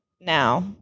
now